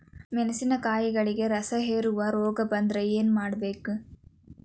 ಮೆಣಸಿನಕಾಯಿಗಳಿಗೆ ರಸಹೇರುವ ರೋಗ ಬಂದರೆ ಏನು ಮಾಡಬೇಕು?